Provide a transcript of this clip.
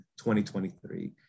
2023